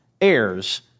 heirs